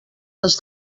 les